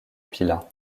pilat